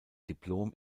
diplom